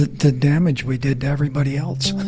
the the damage we did to everybody else,